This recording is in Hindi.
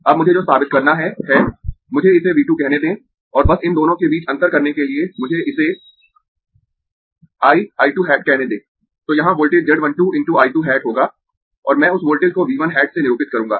अब मुझे जो साबित करना है है मुझे इसे V 2 कहने दें और बस इन दोनों के बीच अंतर करने के लिए मुझे इसे I I 2 हैट कहने दें तो यहां वोल्टेज Z 1 2 × I 2 हैट होगा और मैं उस वोल्टेज को V 1 हैट से निरूपित करूंगा